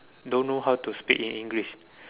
don't know how to speak in English